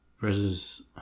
versus